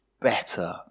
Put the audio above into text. better